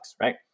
right